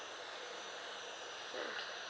thank you